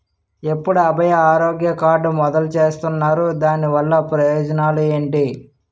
ఎప్పుడు అభయ ఆరోగ్య కార్డ్ మొదలు చేస్తున్నారు? దాని వల్ల ప్రయోజనాలు ఎంటి?